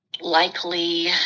likely